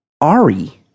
Ari